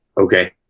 okay